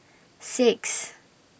six